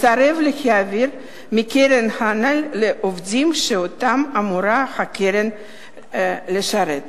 מסרב להעביר מהקרן הנ"ל לעובדים שאותם אמורה הקרן לשרת.